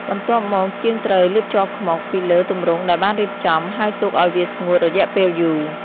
បន្ទាប់មក ជាងត្រូវ លាបជ័រខ្មុក ពីលើទម្រង់ដែលបានរៀបចំ ហើយទុកឱ្យវាស្ងួតរយៈពេលយូរ។